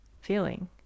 feeling